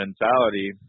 mentality